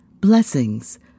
Blessings